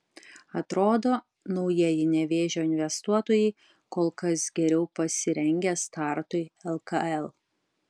atrodo naujieji nevėžio investuotojai kol kas geriau pasirengę startui lkl